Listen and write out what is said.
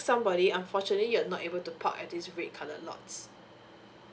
somebody unfortunately you're not able to park at this red colour lots